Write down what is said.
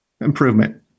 improvement